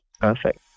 Perfect